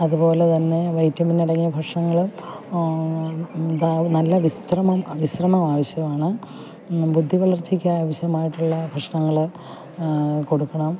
അതുപോലെ തന്നെ വൈറ്റമിനടങ്ങിയ ഭക്ഷണങ്ങൾ നല്ല വിശ്രമം ആവശ്യമാണ് ബുദ്ധിവളർച്ചയ്ക്ക് ആവശ്യമായിട്ടുള്ള ഭക്ഷണങ്ങൾ കൊടുക്കണം